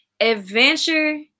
Adventure